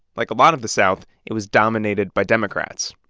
like a lot of the south, it was dominated by democrats.